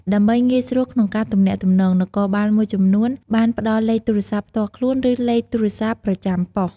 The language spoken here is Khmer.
ដើម្បីងាយស្រួលក្នុងការទំនាក់ទំនង នគរបាលមួយចំនួនបានផ្តល់លេខទូរស័ព្ទផ្ទាល់ខ្លួន ឬលេខទូរស័ព្ទប្រចាំប៉ុស្តិ៍។